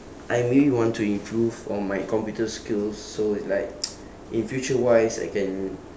I may want to improve on my computer skills so it's like in future wise I can